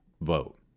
vote